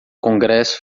congresso